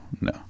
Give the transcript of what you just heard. no